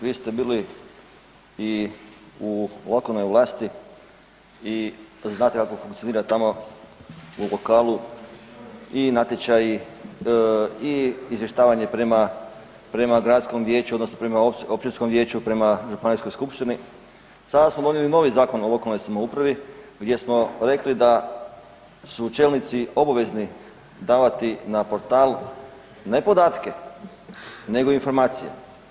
vi ste bili i u lokalnoj vlasti i znate kako funkcionira tamo u lokalu, i natječaji i izvještavanje prema gradskom vijeću odnosno prema općinskom vijeću, prema županijskoj skupštini, sada smo donijeli novi Zakon o lokalnoj samoupravi gdje smo rekli da čelnici obavezni davati na portal ne podatke, nego informacije.